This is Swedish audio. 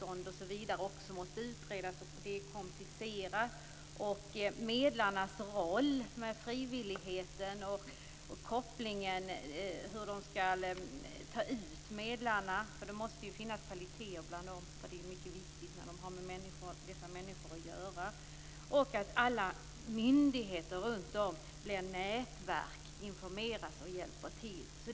Andra viktiga aspekter är medlarnas roll, frivilligheten och hur medlarna skall väljas ut - det är viktigt att de som fungerar som medlare och har med människor att göra har särskilda kvaliteter. Alla myndigheter runt om måste också fungera som nätverk, informeras och hjälpa till.